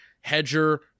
Hedger